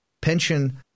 pension